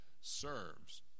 serves